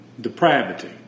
depravity